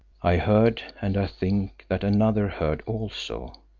i heard and i think that another heard also,